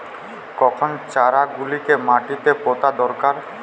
কখন চারা গুলিকে মাটিতে পোঁতা দরকার?